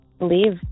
leave